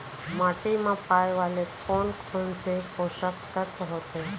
माटी मा पाए वाले कोन कोन से पोसक तत्व होथे?